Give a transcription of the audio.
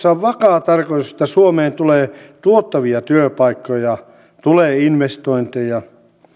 on vakaa tarkoitus että suomeen tulee tuottavia työpaikkoja tulee investointeja ja